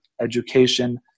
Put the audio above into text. education